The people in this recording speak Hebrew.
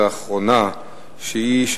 מס' 5044,